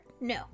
No